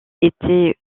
était